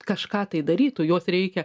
kažką tai darytų juos reikia